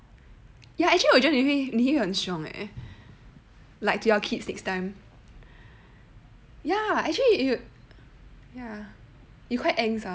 ya actually 我觉得你会很凶 eh to your kids next time ya actually ya you quite angst ah